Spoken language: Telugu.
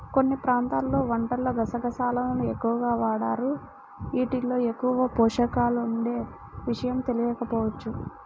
కొన్ని ప్రాంతాల్లో వంటల్లో గసగసాలను ఎక్కువగా వాడరు, యీటిల్లో ఎక్కువ పోషకాలుండే విషయం తెలియకపోవచ్చు